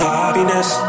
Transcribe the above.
happiness